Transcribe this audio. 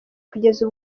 kugeza